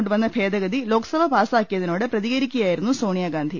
കൊണ്ടുവന്ന ഭേദഗതി ലോക്സഭ പാസ്സാക്കിയതിനോട് പ്രതി കരിക്കുകയായിരുന്നു സോണിയാഗാന്ധി